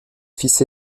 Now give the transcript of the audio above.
fils